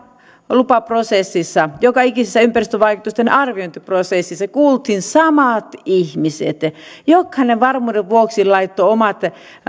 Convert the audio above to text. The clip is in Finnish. lupaprosessissa joka ikisessä ympäristövaikutusten arviointiprosessissa kuultiin samat ihmiset ja ja jokainen varmuuden vuoksi laittoi omat